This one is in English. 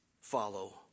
follow